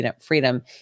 freedom